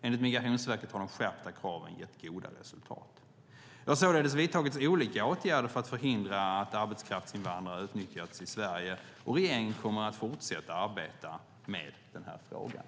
Enligt Migrationsverket har de skärpta kraven gett goda resultat. Det har således vidtagits olika åtgärder för att förhindra att arbetskraftsinvandrare utnyttjas i Sverige, och regeringen kommer att fortsätta arbeta med den här frågan.